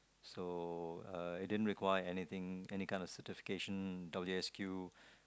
so uh it didn't require anything any kind of certification W_S_Q